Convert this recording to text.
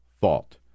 fault